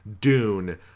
dune